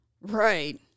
Right